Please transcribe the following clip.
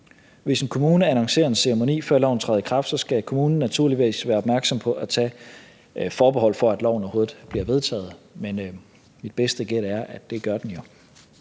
Hvis en kommune annoncerer en ceremoni, før loven træder i kraft, skal kommunen naturligvis være opmærksom på at tage forbehold for, at loven overhovedet bliver vedtaget, men mit bedste gæt er, at det gør den jo.